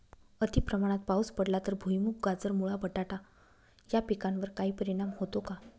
अतिप्रमाणात पाऊस पडला तर भुईमूग, गाजर, मुळा, बटाटा या पिकांवर काही परिणाम होतो का?